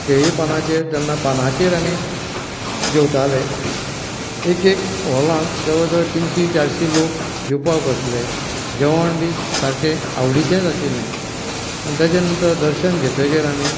केळी पानांचेर तेन्ना पानांचेर आमी जेवताले ते हॉलांत जवळ जवळ तिनशी चारशी लोक जेवपाक बसले जेवण बी सारकें आवडीचेंच आशिल्लें आनी ताचे नंतर दर्शन घेचकीच आमी